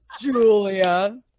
Julia